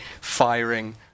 firing